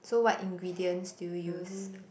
so what ingredients do you use